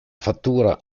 fattura